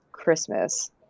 christmas